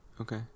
Okay